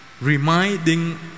reminding